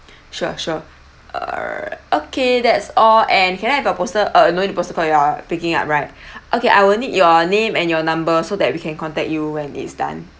sure sure uh okay that's all and can I have your postal uh uh no need postal cause you are picking up right okay I will need your name and your number so that we can contact you when it's done